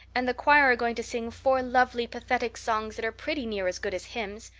and the choir are going to sing four lovely pathetic songs that are pretty near as good as hymns.